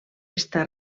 està